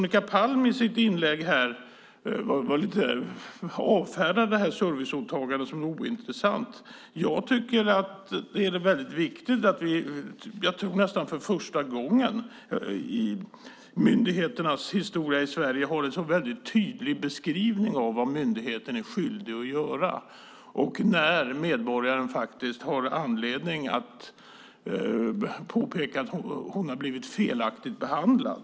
I sitt inlägg avfärdade Veronica Palm detta serviceåtagande som ointressant. Jag tycker att det är väldigt viktigt att vi - jag tror nästan för första gången i myndigheternas historia i Sverige - har en så tydlig beskrivning av vad myndigheten är skyldig att göra och när medborgaren har anledning att påpeka att hon har blivit felaktigt behandlad.